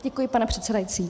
Děkuji, pane předsedající.